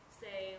say